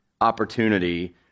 opportunity